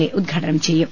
A ഉദ്ഘാടനം ചെയ്യും